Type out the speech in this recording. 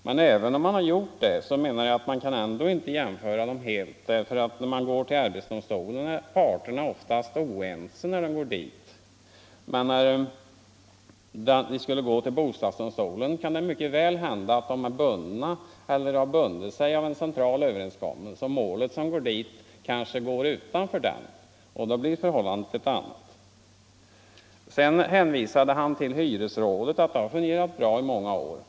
Men även om man har gjort det, menar jag att vi inte helt kan jämföra arbetsdomstolen och bostadsdomstolen, därför att när man går till arbetsdomstolen är parterna oftast oense, medan när man går till bostadsdomstolen det mycket väl kan hända att man har bundit sig i en central överenskommelse och målet som går till bostadsdomstolen kanske ligger utanför denna överenskommelse. Då blir förhållandet ett annat. Herr Gustafsson hänvisade till att hyresrådet har fungerat bra i många år.